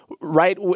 right